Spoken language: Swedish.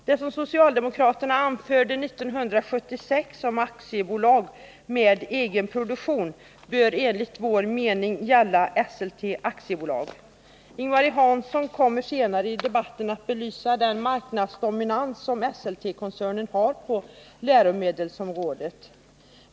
Det som socialdemokraterna anförde 1976 om aktiebolag med egen produktion bör enligt vår mening gälla Esselte AB. Ing-Marie Hansson kommer senare i debatten att belysa den marknadsdominans som Esseltekoncernen har på läromedelsområdet.